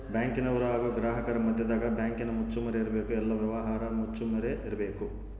ಬ್ಯಾಂಕಿನರು ಹಾಗು ಗ್ರಾಹಕರ ಮದ್ಯದಗ ಬ್ಯಾಂಕಿನ ಮುಚ್ಚುಮರೆ ಇರಬೇಕು, ಎಲ್ಲ ವ್ಯವಹಾರ ಮುಚ್ಚುಮರೆ ಇರಬೇಕು